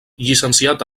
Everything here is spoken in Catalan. llicenciat